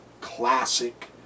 classic